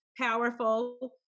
powerful